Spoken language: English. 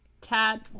Tad